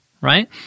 right